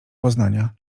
poznania